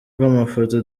bw’amafoto